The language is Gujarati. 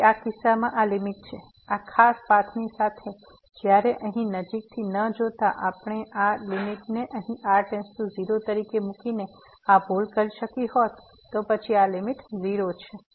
તેથી આ કિસ્સામાં આ લીમીટ છે આ ખાસ પાથની સાથે જ્યારે અહીં નજીકથી ન જોતાં આપણે આ લીમીટને અહીં r → 0 તરીકે મૂકીને આ ભૂલ કરી શકી હોત અને પછી આ લીમીટ 0 છે